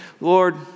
Lord